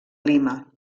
lima